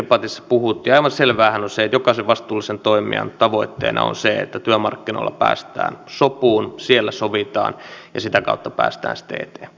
aivan selväähän on se että jokaisen vastuullisen toimijan tavoitteena on se että työmarkkinoilla päästään sopuun siellä sovitaan ja sitä kautta päästään sitten eteenpäin